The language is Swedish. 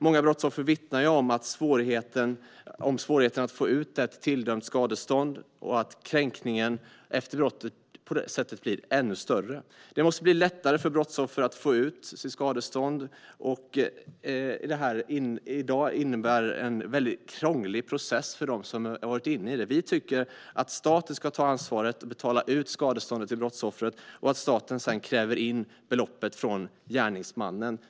Många brottsoffer vittnar om svårigheten att få ut ett tilldömt skadestånd och att kränkningen efter brottet på det sättet blir ännu större. Det måste bli lättare för brottsoffer att få ut sitt skadestånd. I dag innebär det en mycket krånglig process för dem som berörs av detta. Vi tycker att staten ska ta ansvaret och betala ut skadeståndet till brottsoffret och att staten sedan ska kräva in beloppet från gärningsmannen.